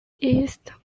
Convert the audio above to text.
east